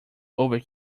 over